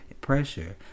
pressure